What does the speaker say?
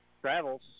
Travels